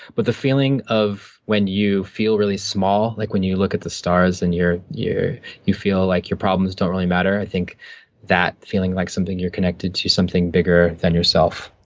but the feeling of when you feel really small, like when you look at the stars, and you you feel like your problems don't really matter, i think that, feeling like something you're connected to, something bigger than yourself.